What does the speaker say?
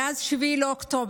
מאז 7 באוקטובר